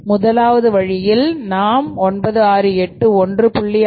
முதலாவது வழியில் நாம் 968 1